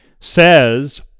says